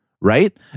right